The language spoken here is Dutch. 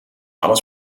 alles